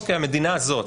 אוקיי המדינה הזאת,